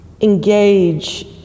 engage